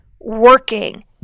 working